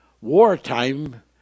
wartime